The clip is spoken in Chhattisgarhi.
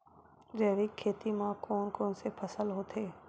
जैविक खेती म कोन कोन से फसल होथे?